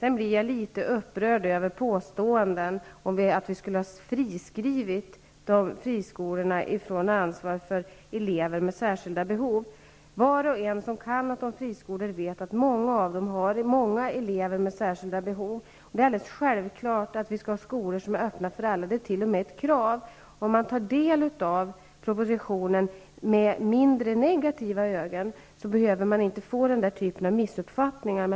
Jag blir litet upprörd över påståenden om att vi skulle ha friskrivit de fristående skolorna från ansvar för elever med särskilda behov. Var och en som vet någonting om fristående skolor vet att många av dem har många elever med särskilda behov. Det är alldeles självklart att vi skall ha en skola som är öppen för alla. Det är t.o.m. ett krav. Om man tar del av propositionen med mindre negativa ögon, behöver man inte få den typ av missuppfattningar som här tydligen gäller.